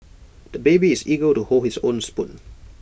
the baby is eager to hold his own spoon